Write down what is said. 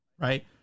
right